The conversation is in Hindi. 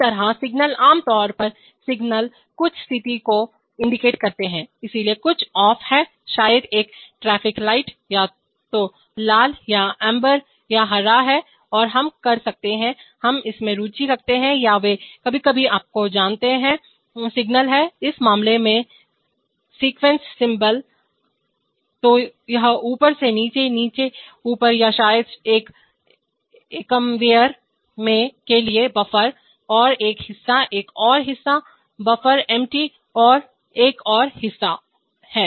इसी तरह सिग्नल आम तौर पर सिग्नल कुछ स्थिति को इंडिकेट करते हैं इसलिए कुछ ऑफ है शायद एक ट्रैफिक लाइट या तो लाल या एम्बर या हरा है या हम कर सकते हैं हम इसमें रुचि रखते हैं या वे कभी कभी आपको जानते हैं सिग्नल हैं इस मामले में सीक्वेंस सिंबल्स अनुक्रम प्रतीकों तो यह ऊपर से नीचे ऊपर नीचे या शायद शायद एक एककन्वेयर के लिए बफर एक और हिस्सा एक और हिस्साबफर एमटी एक और हिस्सा एक और हिस्सा है